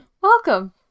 Welcome